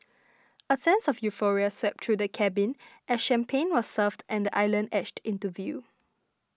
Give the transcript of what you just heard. a sense of euphoria swept through the cabin as champagne was served and the island edged into view